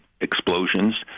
explosions